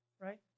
right